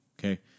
okay